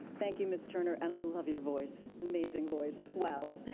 thank you, ms. turner. and i love your voice. amazing voice, wow.